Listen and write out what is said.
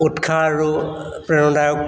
উৎসাহ আৰু প্ৰেৰণা